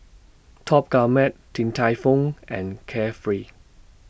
Top Gourmet Din Tai Fung and Carefree